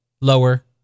lower